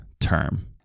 term